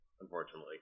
unfortunately